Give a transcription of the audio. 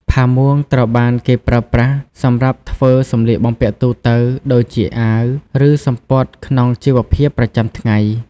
ផាមួងត្រូវបានគេប្រើប្រាស់សម្រាប់ធ្វើ សម្លៀកបំពាក់ទូទៅ ដូចជាអាវ ឬសំពត់ក្នុងជីវភាពប្រចាំថ្ងៃ។